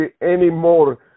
anymore